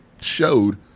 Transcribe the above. showed